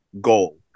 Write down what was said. goal